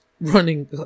running